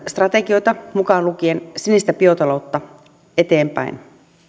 strategioita mukaan lukien sinistä biotaloutta eteenpäin